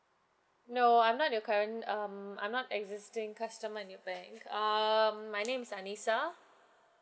no I'm not your current um I'm not existing customer in your bank um my name is anisa